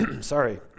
Sorry